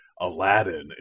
Aladdin